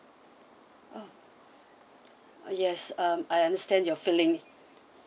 oh ah yes um I understand your feeling